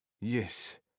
Yes